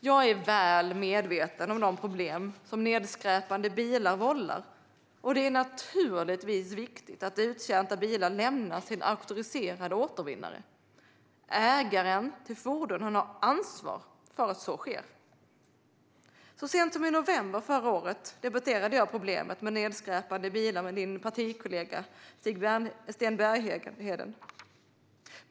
Jag är väl medveten om de problem som nedskräpande bilar vållar, och det är naturligtvis viktigt att uttjänta bilar lämnas till en auktoriserad återvinnare. Ägaren till fordonet har ansvar för att så sker. Så sent som i november förra året debatterade jag problemet med nedskräpande bilar med Edward Riedls partikollega Sten Bergheden.